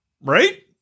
right